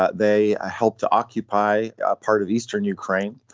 ah they helped to occupy a part of eastern ukraine.